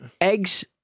Eggs